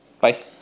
Bye